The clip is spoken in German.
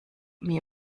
mir